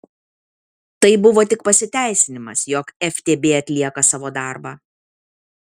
tai buvo tik pasiteisinimas jog ftb atlieka savo darbą